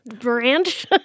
branch